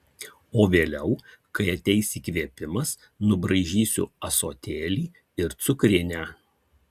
o vėliau kai ateis įkvėpimas nubraižysiu ąsotėlį ir cukrinę